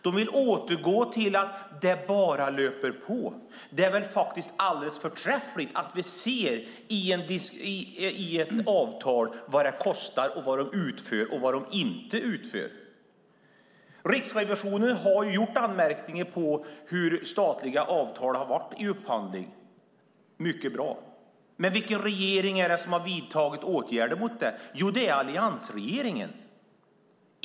De vill återgå till att det bara löper på, men det är väl alldeles förträffligt att vi ser i ett avtal vad det kostar, vad som utförs och vad som inte utförs. Riksrevisionen har haft anmärkningar på hur statliga avtal har varit vid upphandlingar. Det är mycket bra, men vilken regering är det som har vidtagit åtgärder mot det? Det är alliansregeringen.